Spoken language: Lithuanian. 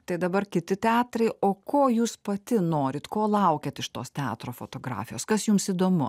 tai dabar kiti teatrai o ko jūs pati norit ko laukiat iš tos teatro fotografijos kas jums įdomu